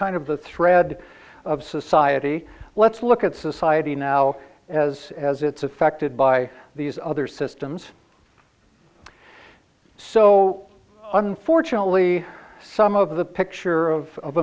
kind of the thread of society let's look at society now as as it's affected by these other systems so unfortunately some of the picture of